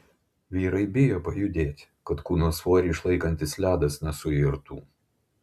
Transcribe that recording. vyrai bijojo pajudėti kad kūno svorį išlaikantis ledas nesuirtų